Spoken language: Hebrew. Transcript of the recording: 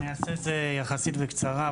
אני אעשה את זה יחסית בקצרה,